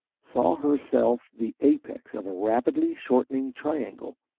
saw herself the apex of a rapidly shortening triangle,